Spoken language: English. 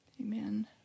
Amen